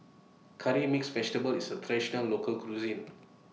Curry Mixed Vegetable IS A Traditional Local Cuisine